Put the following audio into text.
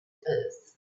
earth